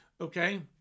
okay